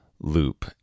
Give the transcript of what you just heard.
loop